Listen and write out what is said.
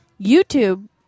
YouTube